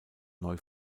neu